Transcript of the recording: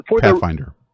Pathfinder